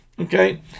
Okay